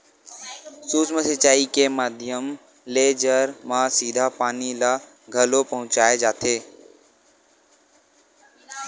सूक्ष्म सिचई के माधियम ले जर म सीधा पानी ल घलोक पहुँचाय जाथे